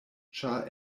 ĉar